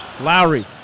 Lowry